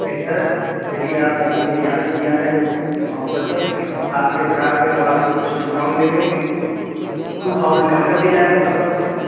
بہتر چلیے آپ نے یاد کیا ہے محبتیں آپ کے اسرار پہ ہم آپ کو کچھ ڈسکاؤںٹ دے دیں گے ٹو تھاؤزینڈ کم کر دیا جائے گا پر پرسن میں